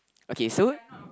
okay so